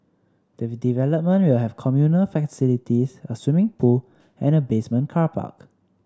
the development will have communal facilities a swimming pool and a basement car park